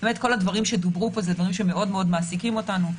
כל הדברים שדוברו פה אלה דברים שמאוד-מאוד מעסיקים אותנו.